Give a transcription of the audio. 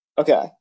Okay